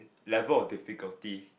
level of difficulty